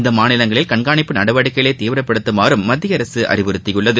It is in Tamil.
இந்த மாநிலங்களில் கண்காணிப்பு நடவடிக்கைகளை தீவிரப்படுத்துமாறும் மத்திய அரசு அறிவுறத்தியுள்ளது